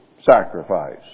sacrifice